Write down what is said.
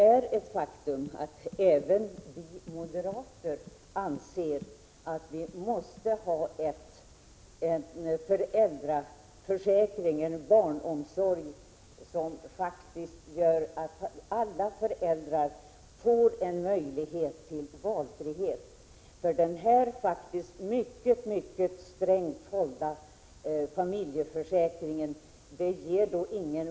Även vi moderater anser att vi måste ha en föräldraförsäkring och en barnomsorg som gör det möjligt att ge alla föräldrar valfrihet. Den nuvarande föräldraförsäkringen med dess stränga regler ger ingen valfrihet.